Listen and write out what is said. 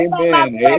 amen